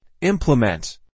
Implement